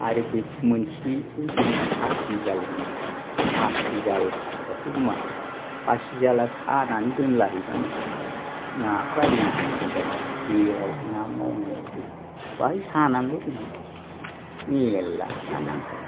आरो बे मोनसेखौ जों पासि जाल होनो पासि जालाथ' मा पासि जाला सानानै दोनलाहैबानो नाफ्रा रिदि रिदांनो जेराव ना मावनाय नुदों बाहाय सानानैल' दोनहै मेरला ना नंखायो